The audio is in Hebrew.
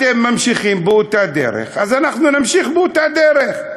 אתם ממשיכים באותה דרך, אז אנחנו נמשיך באותה דרך.